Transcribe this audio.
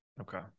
Okay